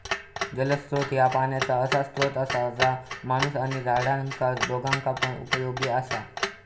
जलस्त्रोत ह्या पाण्याचा असा स्त्रोत असा जा माणूस आणि झाडांका दोघांका पण उपयोगी असा